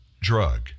drug